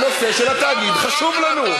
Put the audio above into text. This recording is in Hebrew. הנושא של התאגיד חשוב לנו.